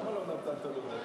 למה לא נתת לו דקה?